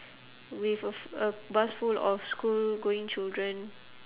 with a f~ a bus full of schoolgoing children